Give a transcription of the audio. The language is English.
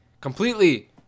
completely